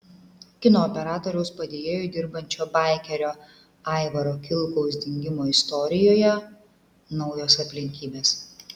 kino operatoriaus padėjėju dirbančio baikerio aivaro kilkaus dingimo istorijoje naujos aplinkybės